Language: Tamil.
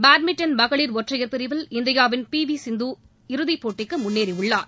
பேட்மிண்டன் மகளிர் ஒற்றையர் பிரிவில் இந்தியாவின் பிரிவி சிந்து இறுதிப் போட்டிக்கு முன்னேறியுள்ளார்